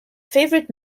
favorite